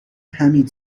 همین